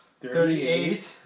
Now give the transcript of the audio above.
Thirty-eight